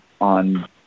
on